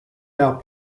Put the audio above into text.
now